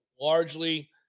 largely